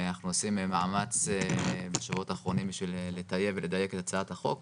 אנחנו עושים מאמץ בשבועות האחרונים לטייב ולדייק את הצעת החוק,